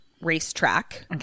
racetrack